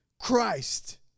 Christ